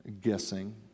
guessing